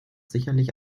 sicherlich